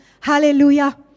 Hallelujah